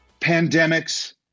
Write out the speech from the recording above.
pandemics